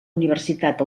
universitat